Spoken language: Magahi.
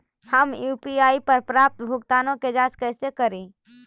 हम यु.पी.आई पर प्राप्त भुगतानों के जांच कैसे करी?